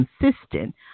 consistent